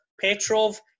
Petrov